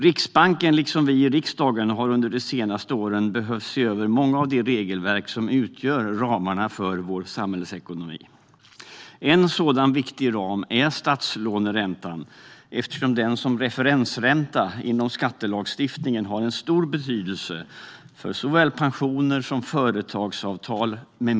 Riksbanken liksom vi i riksdagen har under de senaste åren behövt se över många av de regelverk som utgör ramarna för samhällsekonomin. En viktig sådan ram är statslåneräntan eftersom den som referensränta inom skattelagstiftningen har stor betydelse för såväl pensioner som företagsavtal.